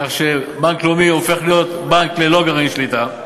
כך שבנק לאומי הופך להיות בנק ללא גרעין שליטה.